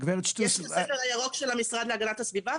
יש את הספר הירוק של המשרד להגנת הסביבה.